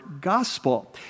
gospel